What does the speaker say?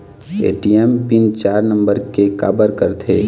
ATM PIN चार number के काबर करथे?